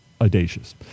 audacious